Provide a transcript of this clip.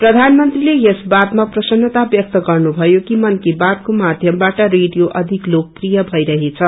प्रधानमंत्रीले यस बातमा प्रसन्नता व्यक्त गर्नुभयो कि मन की बात को माध्यमवाट रेडियो अधिक लोकप्रिय भईरहेछ